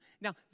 Now